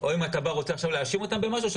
או האם אתה בא ורוצה להאשים במשהו עכשיו,